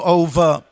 over